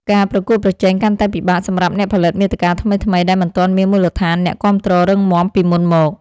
ការប្រកួតប្រជែងកាន់តែពិបាកសម្រាប់អ្នកផលិតមាតិកាថ្មីៗ ដែលមិនទាន់មានមូលដ្ឋានអ្នកគាំទ្ររឹងមាំពីមុនមក។